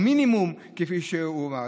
או מינימום כפי שהוא היה.